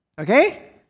Okay